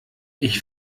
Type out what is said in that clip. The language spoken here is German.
ich